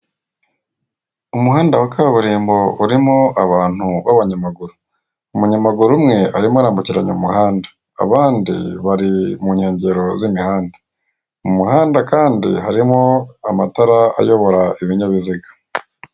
Umuhanda wa kaburimbo urimo abantu b'abanyamaguru, umunyamagauru umwe arimo arambukiranya umuhanda abandi bari mu nkengero z'imihanda mu muhanda kandi harimo amatara ayobora ibinyabiziga.